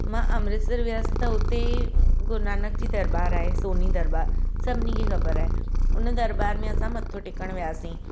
मां अमृतसर वयसि त हुते गुरूनानक जी दरबार आहे सोनी दरबार सभिनी खे ख़बर आहे हुन दरबार में असां मथो टेकणु वियासी